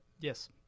Yes